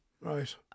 Right